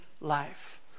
life